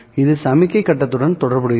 இது சமிக்ஞை கட்டத்துடன் தொடர்புடையது